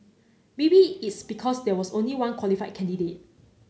maybe it's because there was only one qualified candidate